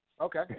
Okay